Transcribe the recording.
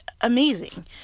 amazing